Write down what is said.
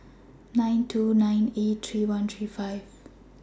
nine two nine eight three one three five